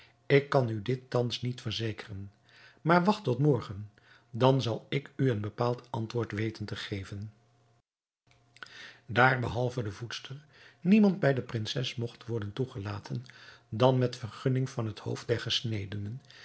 ik kan u dit thans niet verzekeren maar wacht tot morgen dan zal ik u een bepaald antwoord weten te geven daar behalve de voedster niemand bij de prinses mogt worden toegelaten dan met vergunning van het hoofd